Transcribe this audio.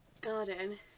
garden